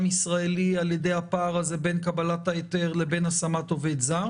ישראלי על-ידי הפער הזה בין קבלת ההיתר לבין השמת עובד זר